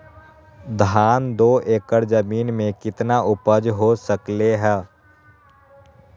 धान दो एकर जमीन में कितना उपज हो सकलेय ह?